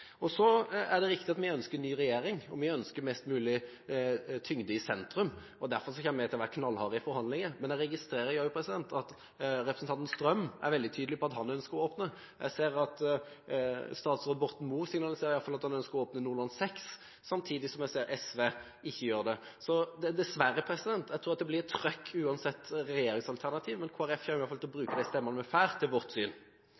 ønsker ny regjering, og vi ønsker mest mulig tyngde i sentrum. Derfor kommer vi til å være knallharde i forhandlinger. Men jeg registrerer at representanten Strøm er veldig tydelig på at han ønsker å åpne, og jeg ser at statsråd Borten Moe signaliserer at han i alle fall ønsker å åpne Nordland VI, samtidig som jeg ser at SV ikke gjør det, så dessverre – jeg tror det blir trøkk uansett regjeringsalternativ. Men Kristelig Folkeparti kommer i alle fall til å bruke de stemmene vi får, til vårt syn.